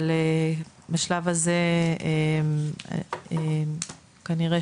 אבל בשלב הזה כנראה